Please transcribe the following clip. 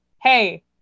hey